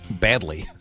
Badly